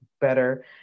better